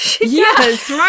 Yes